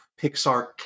pixar